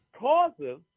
causes